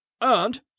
And